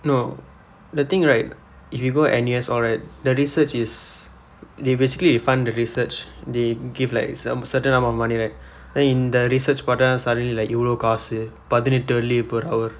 no the thing right if you go N_U_S all right the research is they basically fund the research they give like some certain amount of money right then in the research part timer salary like இவ்வளவு காசு பதினெட்டு வெள்ளி :ivvalavu kaasu pathinetdu velli per hour